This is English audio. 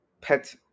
pet